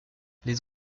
les